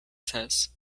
says